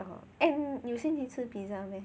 oh and 你有心情吃 pizza meh